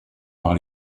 par